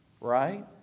right